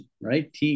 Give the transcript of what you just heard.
right